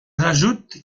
rajoute